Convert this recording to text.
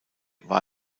war